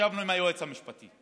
ישבנו עם היועץ המשפטי,